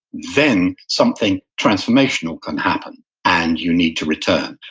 then something transformational can happen and you need to return.